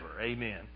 Amen